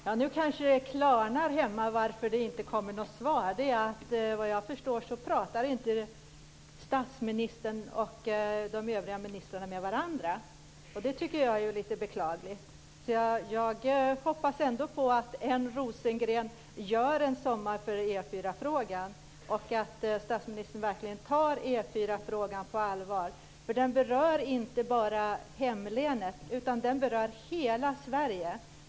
Herr talman! Nu kanske det klarnar hemma varför det inte kommer något svar. Såvitt jag förstår talar inte statsministern och de övriga ministrarna med varandra. Det tycker jag är lite beklagligt. Jag hoppas ändå på att en Rosengren gör en sommar för E 4 frågan och att statsministern verkligen tar E 4-frågan på allvar. Den berör inte bara mitt hemlän, utan den berör hela Sverige.